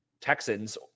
Texans